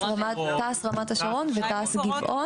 תע"ש רמת השרון ותע"ש גבעון.